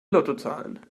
lottozahlen